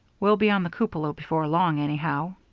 we'll be on the cupola before long, anyhow.